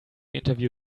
interview